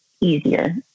easier